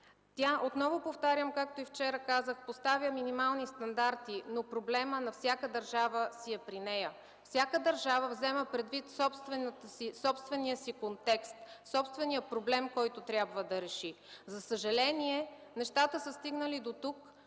ще бъде обсъждана. Както и вчера казах, тя отново поставя минимални стандарти. Проблемът на всяка държава си е при нея. Всяка държава взема собствения си контекст, собствения проблем, който трябва да реши. За съжаление, нещата са стигнали дотук,